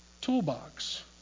toolbox